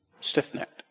stiff-necked